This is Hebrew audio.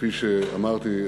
וכפי שאמרתי,